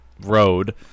road